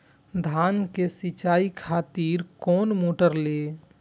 धान के सीचाई खातिर कोन मोटर ली?